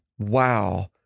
wow